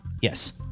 Yes